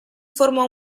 forma